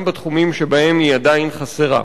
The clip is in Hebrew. גם בתחומים שבהם היא עדיין חסרה.